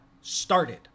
started